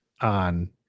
on